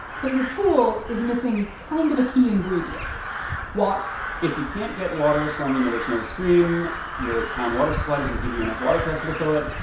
but your pool is missing kind of a key ingredient water if you can't get water from you know, there's no stream. your town water supply doesn't give you enough water pressure to fill it.